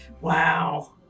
Wow